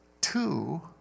two